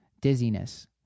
dizziness